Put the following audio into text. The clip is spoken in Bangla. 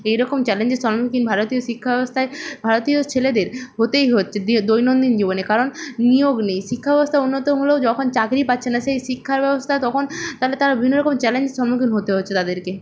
এই রকম চ্যালেঞ্জের সম্মুখীন ভারতীয় শিক্ষা ব্যবস্থায় ভারতীয় ছেলেদের হতেই হচ্ছে দিয়ে দৈনন্দিন জীবনে কারণ নিয়োগ নেই শিক্ষা ব্যবস্থা উন্নত হলেও যখন চাকরি পাচ্ছে না সেই শিক্ষার ব্যবস্থা তখন তাহলে তার বিভিন্ন রকম চ্যালেঞ্জের সম্মুখীন হতে হচ্ছে তাদেরকে